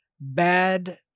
Bad